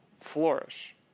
flourish